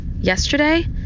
yesterday